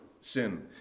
sin